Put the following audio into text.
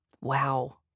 Wow